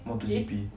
motto